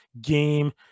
game